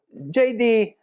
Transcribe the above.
JD